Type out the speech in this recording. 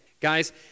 guys